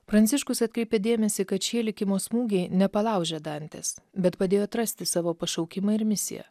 pranciškus atkreipė dėmesį kad šie likimo smūgiai nepalaužė dantės bet padėjo atrasti savo pašaukimą ir misiją